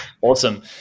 awesome